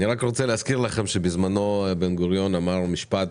אני רוצה להזכיר לכם שבזמנו בן גוריון אמר משפט